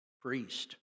priest